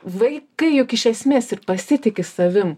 vaikai juk iš esmės ir pasitiki savim